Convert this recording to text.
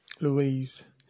Louise